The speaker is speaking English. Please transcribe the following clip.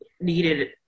needed